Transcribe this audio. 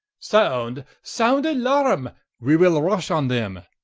sound, sound alarum, we will rush on them.